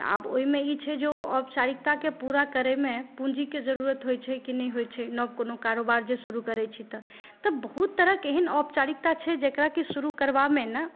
तऽ आब ओइमे ई छै जे ओ औपचारिकताके पूरा करयमे पूँजीके जरूरत होइ छै कि नहि होइ छै नव कोनो कारोबार जे शुरू करय छै तऽ तऽ बहुत तरहके एहन औपचारिकता छै जकरा कि शुरू करबामे ने